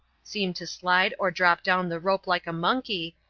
seemed to slide or drop down the rope like a monkey,